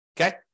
Okay